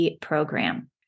program